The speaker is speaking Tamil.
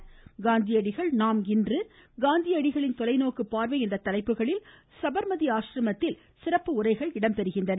காந்திஅடிகள் நாம் இன்று காந்தி அடிகளின் தொலைநோக்கு பார்வை என்ற தலைப்பில் சபர்மதி ஆசிரமத்தில் சிறப்பு உரைகள் இடம்பெறுகின்றன